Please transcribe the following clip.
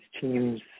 teams